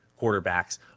quarterbacks